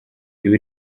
ibi